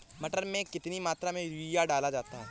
मटर में कितनी मात्रा में यूरिया डाला जाता है?